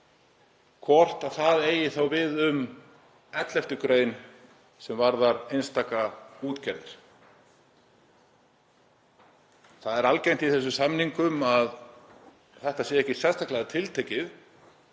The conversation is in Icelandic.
hvort það eigi við um 11. gr. sem varðar einstakar útgerðir. Það er algengt í þessum samningum að þetta sé ekki sérstaklega tiltekið